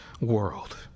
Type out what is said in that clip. world